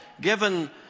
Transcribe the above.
Given